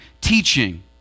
teaching